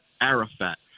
Arafat